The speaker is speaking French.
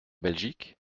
belgique